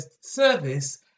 service